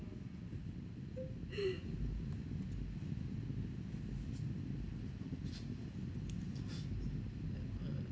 mm